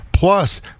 Plus